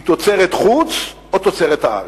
היא תוצרת חוץ או תוצרת הארץ?